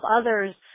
others